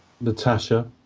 Natasha